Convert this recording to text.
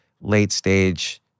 late-stage